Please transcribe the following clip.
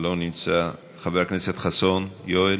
לא נמצא, חבר הכנסת חסון יואל.